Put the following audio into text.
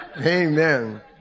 Amen